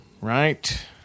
Right